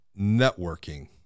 networking